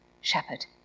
shepherd